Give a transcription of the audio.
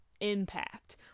impact